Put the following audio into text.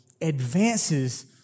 advances